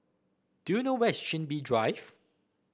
do you know where is Chin Bee Drive